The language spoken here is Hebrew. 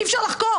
אי אפשר לחקור.